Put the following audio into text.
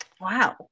Wow